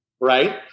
Right